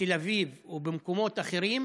בתל אביב ובמקומות אחרים